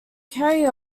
carry